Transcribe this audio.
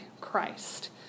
Christ